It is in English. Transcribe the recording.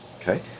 Okay